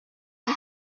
and